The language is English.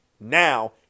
now